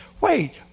wait